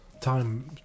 Time